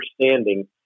understanding